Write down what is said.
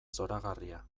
zoragarria